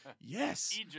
yes